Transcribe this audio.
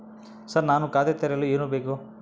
Sir ನಾನು ಖಾತೆ ತೆರೆಯಲು ಏನು ಬೇಕು?